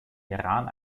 iran